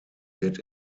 wird